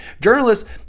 Journalists